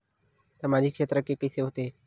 सामजिक क्षेत्र के कइसे होथे?